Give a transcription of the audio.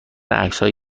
عکسهای